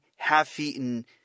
half-eaten